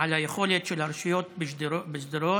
על היכולת של הרשויות בשדרות